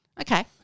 Okay